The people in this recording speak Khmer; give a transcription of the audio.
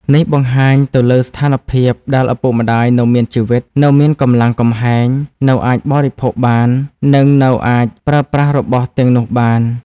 នេះបង្ហាញទៅលើស្ថានភាពដែលឪពុកម្តាយនៅមានជីវិត នៅមានកម្លាំងកំហែង នៅអាចបរិភោគបាន និងនៅអាចប្រើប្រាស់របស់ទាំងនោះបាន